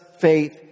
faith